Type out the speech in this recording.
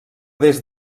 des